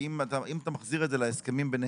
כי אם אתה מחזיר את זה להסכמים ביניהם,